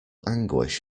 anguish